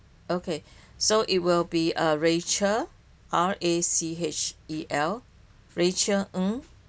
okay so it will be uh rachel R A C H E L rachel Ng